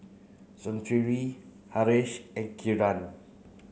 Smriti Haresh and Kiran